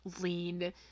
lean